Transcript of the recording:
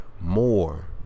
more